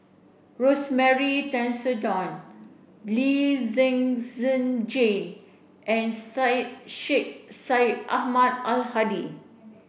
Rosemary Tessensohn Lee Zhen Zhen Jane and Syed Sheikh Syed Ahmad Al Hadi